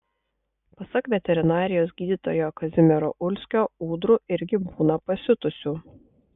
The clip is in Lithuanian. pasak veterinarijos gydytojo kazimiero ulskio ūdrų irgi būna pasiutusių